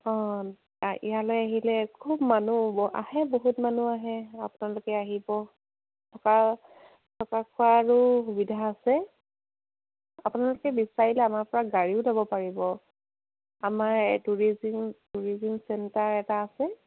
অঁ ইয়ালৈ আহিলে খুব মানুহ আহে বহুত মানুহ আহে আপোনালোকে আহিব থকা থকা খোৱাৰো সুবিধা আছে আপোনালোকে বিচাৰিলে আমাৰপৰা গাড়ীও যাব পাৰিব আমাৰ টুৰিজিম টুৰিজিম চেণ্টাৰ এটা আছে